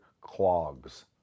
clogs